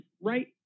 right